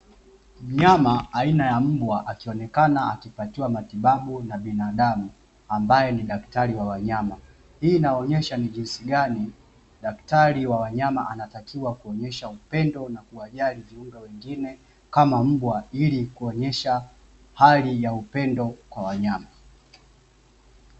Mnyama aina ya mbwa akionekana akipatiwa matibabu na binadamu ambaye ni daktari wa wanyama, hii inaonyesha ni jinsi gani daktari wa wanyama anatakiwa kuonyesha upendo na kuwajali viumbe wengine kama mbwa ili kuonyesha hali ya upendo kwa wanyama.